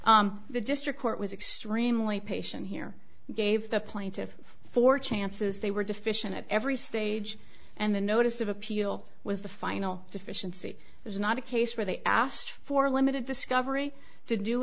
the district court was extremely patient here gave the plaintiffs four chances they were deficient at every stage and the notice of appeal was the final deficiency there's not a case where they asked for limited discovery